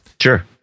Sure